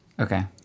Okay